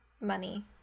money